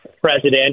president